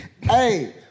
Hey